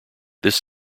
this